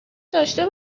داشته